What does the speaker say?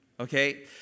Okay